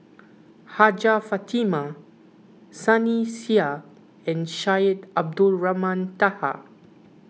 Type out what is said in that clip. Hajjah Fatimah Sunny Sia and Syed Abdulrahman Taha